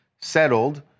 settled